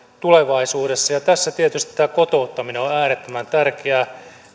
tulevaisuudessa ja tässä tietysti tämä kotouttaminen on on äärettömän tärkeää